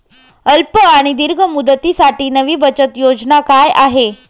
अल्प आणि दीर्घ मुदतीसाठी नवी बचत योजना काय आहे?